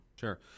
Sure